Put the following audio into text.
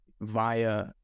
via